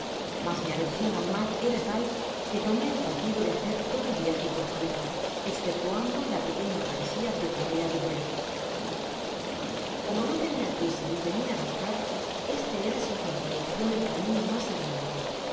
mas mi aversion al mar era tal que tomé el partido de hacer todo el viaje por tierra esceptuando la pequeña travesia de calais á douvres como no tenia prisa ni temia gastar este era sin contradiccion el camino mas agradable